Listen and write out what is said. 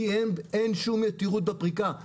כי אין שום יתירות בפריקה.